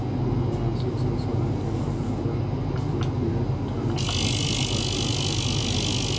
आनुवंशिक संशोधन के बाद रबर के पेड़ ठण्ढ औउर सूखा सह सकऽ हई